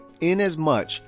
inasmuch